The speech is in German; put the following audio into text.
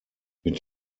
mit